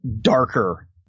darker